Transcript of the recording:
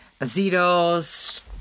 Azito's